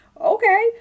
Okay